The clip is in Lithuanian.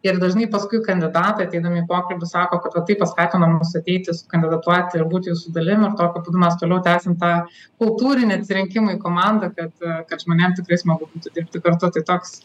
ir dažnai paskui kandidatai ateidami į pokalbį sako kad vat tai paskatino mus ateiti sukandidatuoti ir būti jūsų dalim ir tokiu būdu mes toliau tęsim tą kultūrinį atsirinkimą į komanda kad kad žmonėm tikrai smagu dirbti kartu tai toks